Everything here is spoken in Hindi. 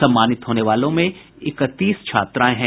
सम्मानित होने वालों में इकतीस छात्राएं हैं